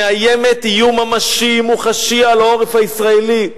שמאיימת איום ממשי, מוחשי על העורף הישראלי.